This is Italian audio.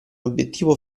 obiettivo